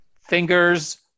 Fingers